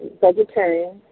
vegetarian